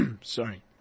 Sorry